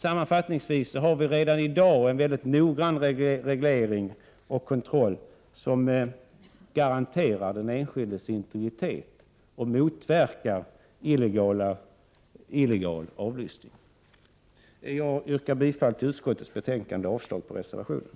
Sammanfattningsvis har vi redan i dag en mycket noggrann reglering och kontroll, som garanterar den enskildes integritet och motverkar illegal avlyssning. Jag yrkar bifall till utskottets hemställan och avslag på reservationen.